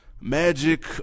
Magic